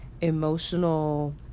emotional